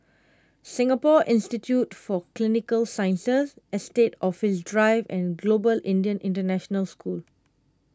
Singapore Institute for Clinical Sciences Estate Office Drive and Global Indian International School